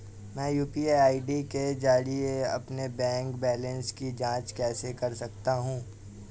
मैं यू.पी.आई के जरिए अपने बैंक बैलेंस की जाँच कैसे कर सकता हूँ?